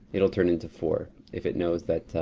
it'll turn into four if it knows that.